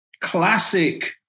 classic